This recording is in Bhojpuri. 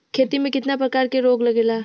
खेती में कितना प्रकार के रोग लगेला?